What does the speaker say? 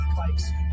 bikes